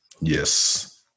Yes